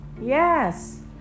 Yes